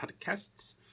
podcasts